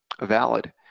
valid